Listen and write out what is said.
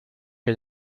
que